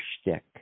shtick